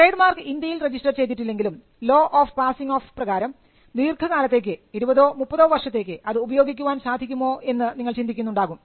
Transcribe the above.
trade mark ഇന്ത്യയിൽ register ചെയ്തിട്ടില്ലെങ്കിലും law of passing off പ്രകാരം ദീർഘകാലത്തേക്ക് ഇരുപതോ മുപ്പതോ വർഷത്തേക്ക് അത് ഉപയോഗിക്കുവാൻ സാധിക്കുമോ എന്ന് നിങ്ങൾ ചിന്തിക്കുന്നുണ്ടാകും